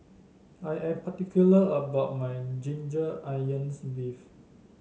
I am particular about my Ginger Onions beef